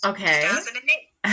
Okay